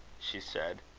she said.